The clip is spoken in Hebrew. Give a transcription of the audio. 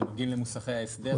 שנוגעים למוסכי ההסדר?